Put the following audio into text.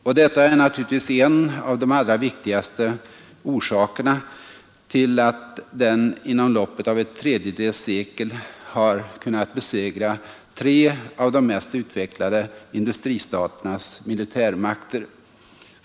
Och detta är naturligtvis en av de allra viktigaste orsakerna till att den inom loppet av ett tredjedels sekel har kunnat besegra tre av de mest utvecklade industristaternas militärmakter.